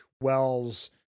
Wells